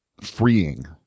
freeing